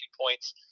points